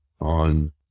on